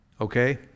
Okay